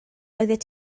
oeddet